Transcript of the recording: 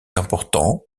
important